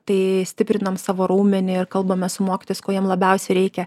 tai stiprinam savo raumenį ir kalbamės su mokytojais ko jiem labiausiai reikia